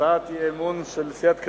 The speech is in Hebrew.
הצעת האי-אמון של סיעת קדימה,